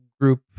group